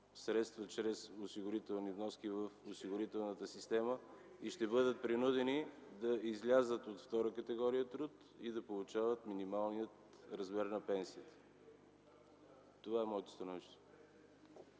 средства чрез осигурителни вноски в осигурителната система, и ще бъдат принудени да излязат от втора категория труд и да получават минималния размер на пенсията. Това е и моето становище.